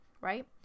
right